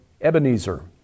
Ebenezer